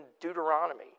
Deuteronomy